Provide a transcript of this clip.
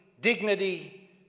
dignity